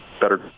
better